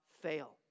fail